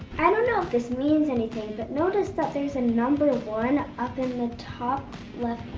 i don't know if this means anything, but notice that there's a number one up in the top left